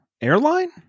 airline